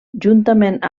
juntament